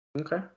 Okay